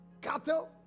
cattle